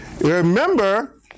Remember